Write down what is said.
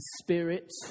spirit